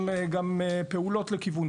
כידוע,